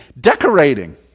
Decorating